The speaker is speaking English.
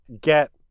get